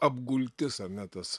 apgultis ar ne tas